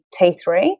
T3